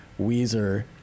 Weezer